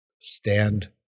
stand